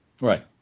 Right